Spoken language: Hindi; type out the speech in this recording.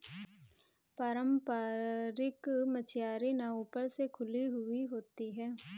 पारम्परिक मछियारी नाव ऊपर से खुली हुई होती हैं